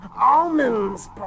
Almonds